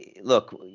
look